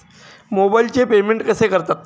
मोबाइलचे पेमेंट कसे करतात?